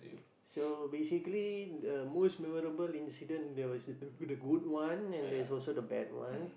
so basically the most memorable incident there was the goo~ the good one and there is also the bad one